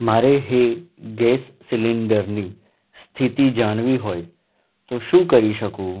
મારે એ ગેસ સિલિન્ડરની સ્થિતિ જાણવી હોય તો શું કરી શકું